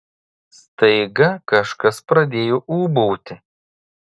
staiga kažkas pradėjo ūbauti